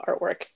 artwork